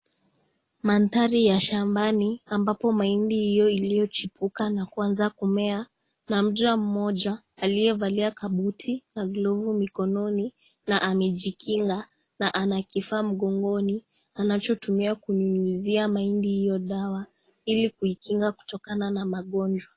Mandhari ya shambani ambapo mahindi hiyo iliyochipuka na kuanza kumea, na mja mmoja aliyevalia kabuti na glovu mikononi ,na amejikinga . Na ana kifaa mgongoni, anachotumia kunyunyizia hiyo mahindi dawa, ili kuikinga kutokana na mgonjwa.